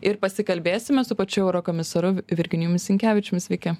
ir pasikalbėsime su pačiu eurokomisaru v virginijumi sinkevičiumi sveiki